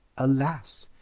alas!